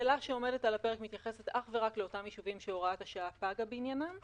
שעומדת על הפרק מתייחסת אך ורק לאותם יישובים שהוראת השעה פגה בעניינם,